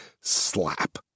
slap